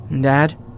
Dad